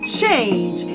change